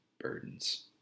burdens